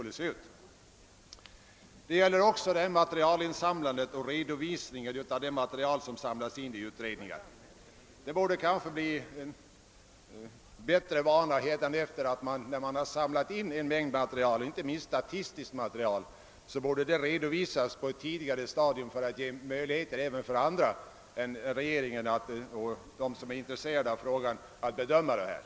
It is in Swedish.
Reservationen gäller också frågan om redovisningen av det material som samlas in av utredningar. Det borde kanske i fortsättningen bli en vana att man, sedan man samlat in en mängd, inte minst statistiskt material, redovisade detta på ett tidigare stadium för att ge möjligheter även för andra intresserade än utredningens ledamöter att bedöma frågorna.